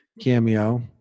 cameo